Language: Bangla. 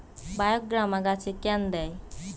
বায়োগ্রামা গাছে কেন দেয়?